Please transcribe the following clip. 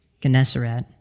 Gennesaret